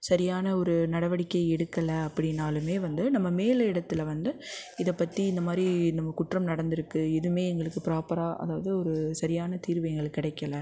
சரியான ஒரு நடவடிக்கை எடுக்கலை அப்படின்னாலுமே வந்து நம்ம மேல் இடத்துல வந்து இதை பற்றி இந்த மாதிரி நம்ம குற்றம் நடந்திருக்கு இதுவுமே எங்களுக்கு ப்ராப்பராக அதாவது ஒரு சரியான தீர்வு எங்களுக்கு கிடைக்கல